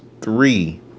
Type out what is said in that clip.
three